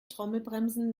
trommelbremsen